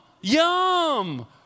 yum